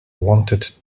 wanted